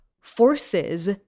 forces